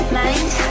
mind